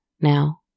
now